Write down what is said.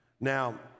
Now